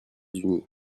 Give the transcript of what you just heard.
unis